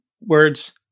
words